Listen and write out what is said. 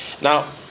Now